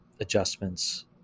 adjustments